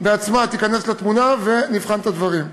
בעצמה תיכנס לתמונה ונבחן את הדברים.